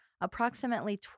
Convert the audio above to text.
approximately